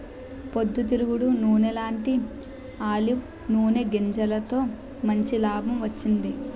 పొద్దు తిరుగుడు నూనెలాంటీ ఆలివ్ నూనె గింజలతో మంచి లాభం వచ్చింది